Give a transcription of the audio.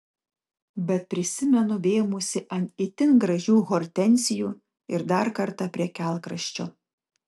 bet prisimenu vėmusi ant itin gražių hortenzijų ir dar kartą prie kelkraščio